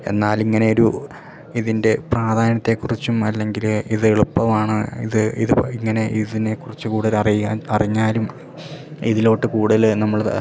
എന്നാൽ ഇങ്ങനെയൊരു ഇതിൻ്റെ പ്രാധാന്യത്തെക്കുറിച്ചും അല്ലെങ്കിൽ ഇതെളുപ്പമാണ് ഇത് ഇതിപ്പോൾ ഇങ്ങനെ ഇതിനെക്കുറിച്ച് കൂടുതലറിയാൻ അറിഞ്ഞാലും ഇതിലോട്ട് കൂടുതൽ നമ്മൾ